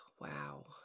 wow